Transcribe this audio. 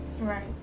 Right